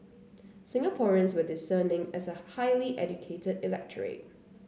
Singaporeans were discerning as a highly educated electorate